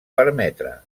permetre